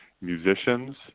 musicians